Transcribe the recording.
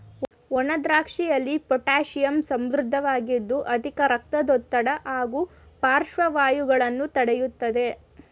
ಒಣದ್ರಾಕ್ಷಿಯಲ್ಲಿ potassium ಸಮೃದ್ಧವಾಗಿದ್ದು ಅಧಿಕ ರಕ್ತದೊತ್ತಡ ಹಾಗೂ ಪಾರ್ಶ್ವವಾಯುಗಳನ್ನು ತಡಿತದೆ